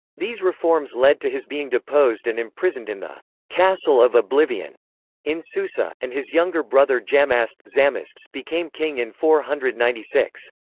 these reforms led to his being deposed and imprisoned in the castle of oblivion in susa, and his younger brother jamasp jamasp became king in four hundred and ninety six.